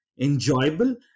enjoyable